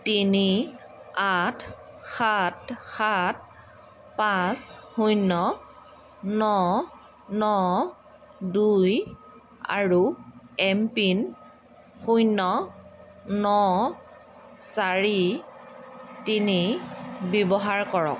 তিনি আঠ সাত সাত পাঁচ শূন্য ন ন দুই আৰু এম পিন শূন্য ন চাৰি তিনি ব্যৱহাৰ কৰক